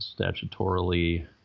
statutorily